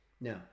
Now